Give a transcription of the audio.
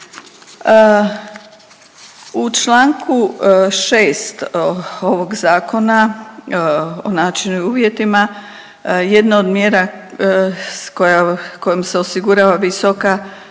U čl. 6 ovog zakona o načinu i uvjetima, jedna od mjera kojim se osigurava visoka